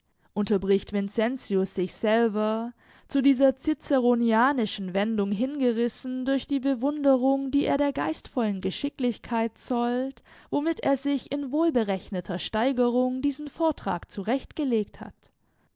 unterbricht vincentius sich selber zu dieser ciceronianischen wendung hingerissen durch die bewunderung die er der geistvollen geschicklichkeit zollt womit er sich in wohlberechneter steigerung diesen vortrag zurechtgelegt hat